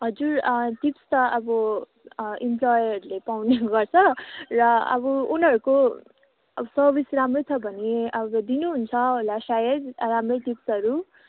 हजुर टिप्स त अब इम्प्लोयरहरूले पाउने गर्छ र अब उनीहरूको अब सर्भिस राम्रै छ भने अब दिनुहुन्छ होला सायद राम्रै टिप्सहरू